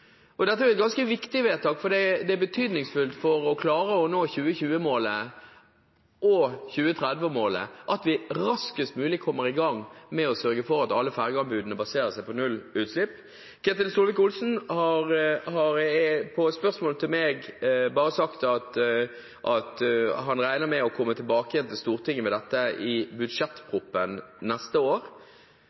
Dette er et ganske viktig vedtak, for det er betydningsfullt for å klare å nå 2020-målet og 2030-målet at vi raskest mulig kommer i gang med å sørge for at alle fergeanbudene baserer seg på nullutslipp. Ketil Solvik-Olsen har som svar på spørsmål fra meg bare sagt at han regner med å komme tilbake igjen til Stortinget med dette i budsjettproposisjonen neste år,